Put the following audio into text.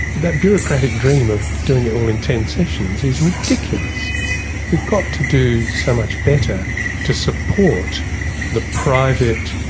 that bureaucratic dream of doing it all in ten sessions is ridiculous we've got to do so much better to support the private,